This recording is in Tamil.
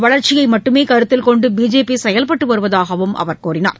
வளர்ச்சியை மட்டுமே கருத்தில் கொண்டு பிஜேபி செயல்பட்டு வருவதாகவும் அவர் கூறினார்